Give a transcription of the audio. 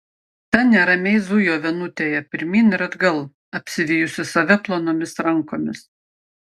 ta neramiai zujo vienutėje pirmyn ir atgal apsivijusi save plonomis rankomis